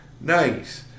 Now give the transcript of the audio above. Nice